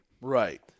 Right